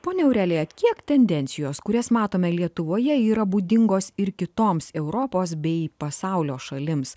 ponia aurelija kiek tendencijos kurias matome lietuvoje yra būdingos ir kitoms europos bei pasaulio šalims